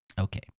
Okay